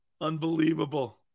Unbelievable